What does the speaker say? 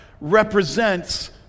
represents